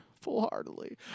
Full-heartedly